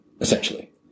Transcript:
Essentially